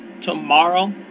tomorrow